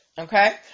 Okay